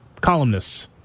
columnists